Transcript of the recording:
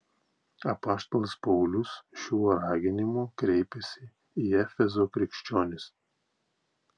apaštalas paulius šiuo raginimu kreipiasi į efezo krikščionis